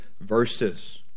verses